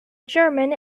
german